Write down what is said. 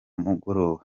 mugoroba